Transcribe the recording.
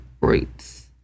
roots